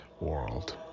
world